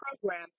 program